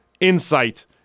insight